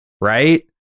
Right